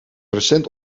recent